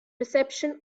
reception